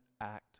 act